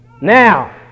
Now